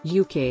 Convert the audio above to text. UK